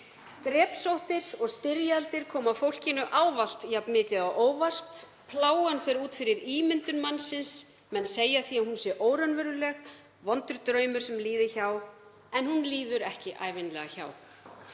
„Drepsóttir og styrjaldir koma fólkinu ávallt jafnmikið á óvart. […] Plágan fer út fyrir ímyndun mannsins, menn segja því að hún sé óraunveruleg, vondur draumur sem líði hjá. En hún líður ekki ævinlega hjá.“